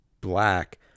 black